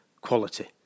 quality